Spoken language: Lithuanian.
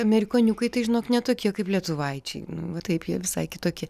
amerikoniukai tai žinok ne tokie kaip lietuvaičiai va taip jie visai kitokie